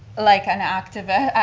like an activist,